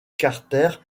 carter